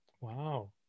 Wow